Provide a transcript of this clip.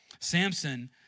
Samson